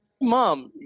Mom